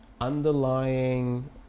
underlying